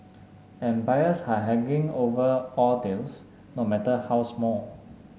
and buyers are haggling over all deals no matter how small